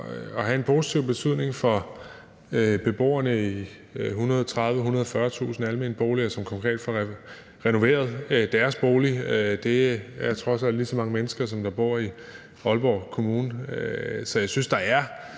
at have en positiv betydning for beboerne i 130.000-140.000 almene boliger, som konkret får renoveret deres boliger. Det er trods alt lige så mange mennesker, som der bor i Aalborg Kommune. Så jeg synes, der er